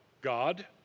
God